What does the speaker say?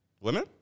Women